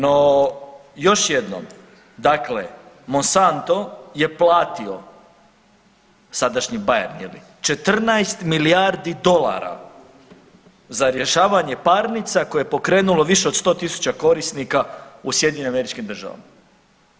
No, još jednom dakle Monsanto je platio sadašnji Bayer je li, 14 milijardi dolara za rješavanje parnica koje je pokrenulo više od 100.000 korisnika u SAD-u.